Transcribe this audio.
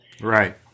Right